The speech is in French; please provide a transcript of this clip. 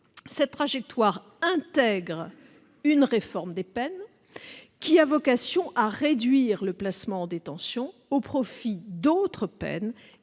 Cette trajectoire intègre une réforme des peines qui a vocation à réduire le placement en détention au profit d'autres peines